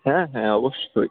হ্যাঁ হ্যাঁ অবশ্যই